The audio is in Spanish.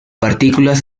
partículas